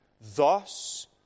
Thus